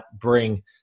bring